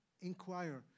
inquire